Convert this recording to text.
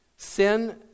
Sin